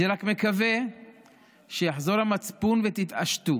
אני רק מקווה שיחזור המצפון ותתעשתו